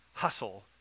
Hustle